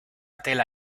tela